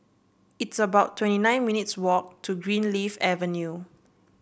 it's about twenty nine minutes' walk to Greenleaf Avenue